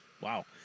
Wow